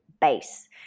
base